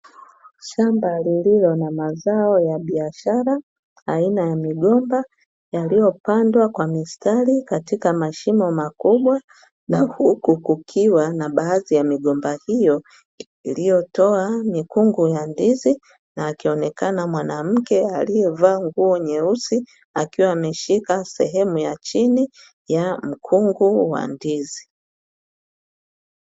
Shamba lililo na mazao ya biashara aina ya migomba, yaliyopandwa kwa mistari katika mashimo makubwa na huku kukiwa na baadhi ya migomba hiyo iliyotoa mikungu ya ndizi, na akionekana mwanamke aliyevaa nguo nyeusi, akiwa ameshika sehemu ya chini ya mkungu wa ndizi.